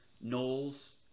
Knowles